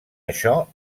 això